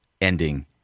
Ending